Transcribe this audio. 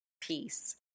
Peace